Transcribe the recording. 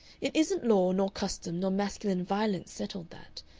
it isn't law, nor custom, nor masculine violence settled that.